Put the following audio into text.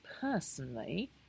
personally